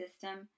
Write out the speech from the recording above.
system